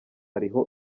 ariho